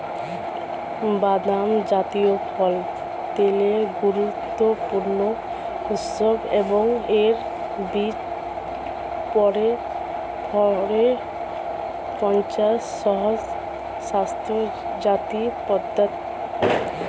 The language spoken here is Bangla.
বাদাম জাতীয় ফল তেলের গুরুত্বপূর্ণ উৎস এবং এর বীজপত্রের ভরের পঞ্চাশ শতাংশ স্নেহজাতীয় পদার্থ